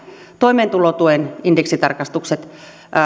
toimeentulotuen indeksitarkistukset